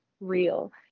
real